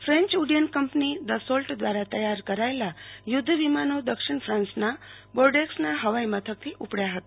ફેન્ય ઉડ્ડયન કંપની દસોલ્ટ વ્રારા તૈયાર કરાયેલા યુ ધ્ધ વિમાનો દક્ષિણ ફાન્સના બોર્ડેક્સના હવાઈ મથકથી ઉપડયા હતા